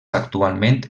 actualment